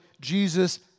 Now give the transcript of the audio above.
Jesus